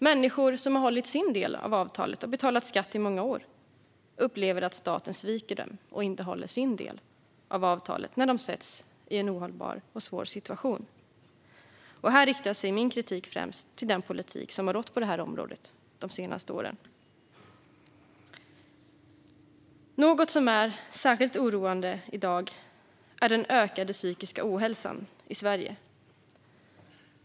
Människor som har hållit sin del av avtalet och betalat skatt i många år upplever att staten sviker dem och inte håller sin del av avtalet när de sätts i en ohållbar och svår situation. Här riktar sig min kritik främst mot den politik som har rått på detta område de senaste åren. Något som är särskilt oroande i dag är den ökade psykiska ohälsan i Sverige.